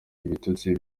ibitutsi